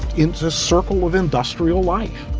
it's a circle of industrial life.